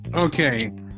okay